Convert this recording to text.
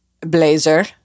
blazer